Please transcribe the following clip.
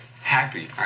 happy